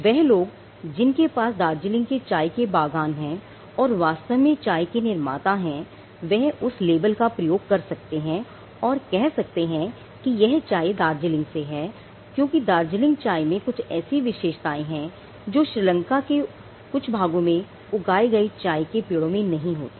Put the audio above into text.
वह लोग जिनके पास दार्जिलिंग के चाय के बागान हैं और जो वास्तव में चाय के निर्माता हैं वह उस लेबल को प्रयोग कर सकते हैं और कह सकते हैं कि यह चाय दार्जिलिंग से है क्योंकि दार्जिलिंग चाय में कुछ ऐसी विशेषताएं हैं जो श्रीलंका के कुछ भागों में उगाए गए चाय के पेड़ों में नहीं होती